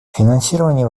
финансирование